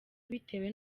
bitewe